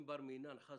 אם בר מינן חס